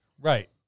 Right